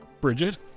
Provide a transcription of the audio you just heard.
Bridget